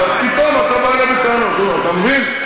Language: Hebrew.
פתאום אתה בא אלי בטענות, אתה מבין?